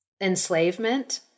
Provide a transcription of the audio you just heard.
enslavement